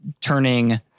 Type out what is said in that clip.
turning